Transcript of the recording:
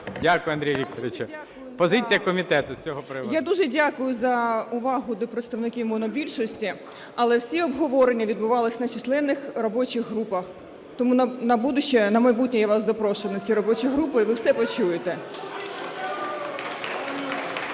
Дякую, Андрію Вікторовичу. Позиція комітету з цього приводу. 11:24:41 АЛЛАХВЕРДІЄВА І.В. Я дуже дякую за увагу до представників монобільшості. Але всі обговорення відбувались на численних робочих. Тому на майбутнє я вас запрошую на ці робочі групи, і ви все почуєте.